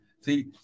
see